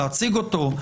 להציג אותו,